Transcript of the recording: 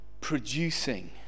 producing